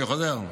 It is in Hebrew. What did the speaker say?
אני חוזר: